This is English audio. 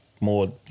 more